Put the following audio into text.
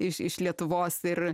iš iš lietuvos ir